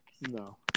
No